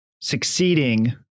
succeeding